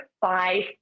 five